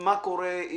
מה קורה.